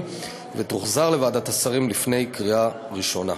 ותוחזר לוועדת השרים לפני הקריאה הראשונה.